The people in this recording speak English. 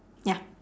ya